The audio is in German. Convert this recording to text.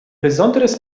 besonderes